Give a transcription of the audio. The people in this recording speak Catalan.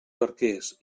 barquers